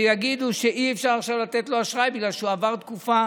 יגידו שאי-אפשר עכשיו לתת לו אשראי בגלל שהוא עבר תקופה